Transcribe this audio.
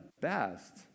best